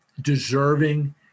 deserving